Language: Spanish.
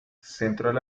centros